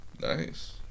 Nice